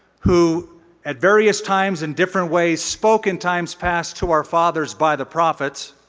who at various times in different ways spoke in times past to our fathers by the prophets,